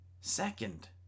Second